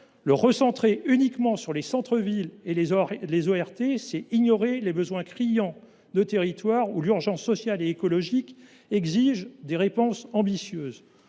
Le recentrer sur les centres villes et les ORT, c’est ignorer les besoins criants de territoires où l’urgence sociale et écologique exige des réponses ambitieuses.